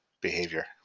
behavior